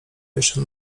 jeszcze